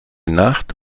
nacht